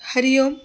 हरिः ओम्